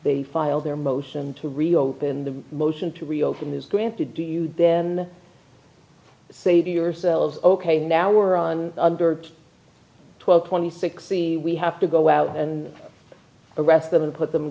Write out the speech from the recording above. they filed their motion to reopen the motion to reopen is granted to you then say to yourselves ok now we're on under twelve twenty six see we have to go out and arrest them and put them in